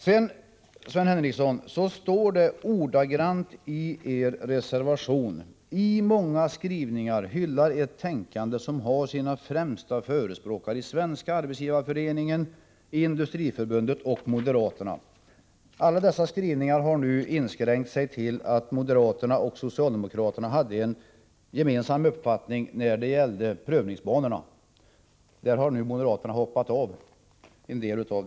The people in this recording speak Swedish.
Sven Henricsson, det står ordagrant i er reservation: ”Propositionen andas i många skrivningar en hyllning av det företagsekonomiska och marknadsekonomiska tänkande som i dag har sina främsta förespråkare i organisationer som Svenska arbetsgivareföreningen, Industriförbundet och de borgerliga partierna — främst moderaterna.” Alla dessa skrivningar har nu inskränkt sig till att moderaterna och socialdemokraterna hade en gemensam uppfattning när det gällde prövningsbanorna. I fråga om detta har moderaterna till viss del hoppat av.